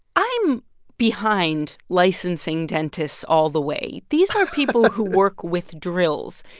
i'm behind licensing dentists all the way. these are people who work with drills.